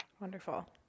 Wonderful